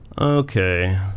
Okay